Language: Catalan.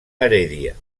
heredia